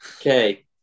Okay